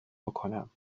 بکنم